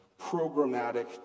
programmatic